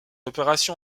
opération